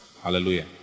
Hallelujah